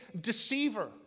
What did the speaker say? deceiver